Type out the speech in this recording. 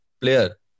player